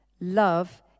love